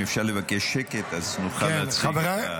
אם אפשר לבקש שקט אז נוכל להציג.